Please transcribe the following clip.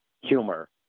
humor